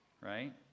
right